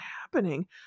happening